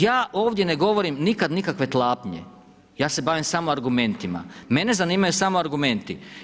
Ja ovdje ne govorim nikada nikakve tlapnje, ja se bavim samo argumentima, mene zanimaju samo argumenti.